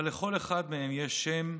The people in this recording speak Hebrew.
אבל לכל אחד מהם יש שם,